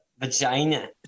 vagina